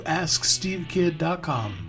askstevekid.com